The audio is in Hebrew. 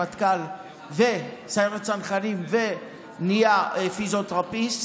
מטכ"ל וסיירת צנחנים ונהיה פיזיותרפיסט.